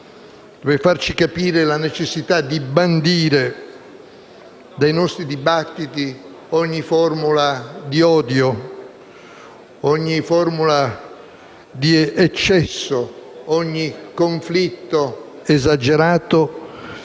e farci capire la necessità di bandire dai nostri dibattiti ogni forma di odio, ogni forma di eccesso, ogni conflitto esagerato.